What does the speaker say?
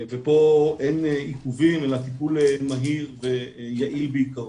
ופה אין עיכובים אלא הטיפול מהיר ויעיל בעיקרו.